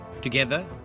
Together